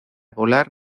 volar